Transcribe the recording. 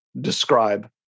describe